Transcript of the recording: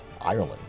Ireland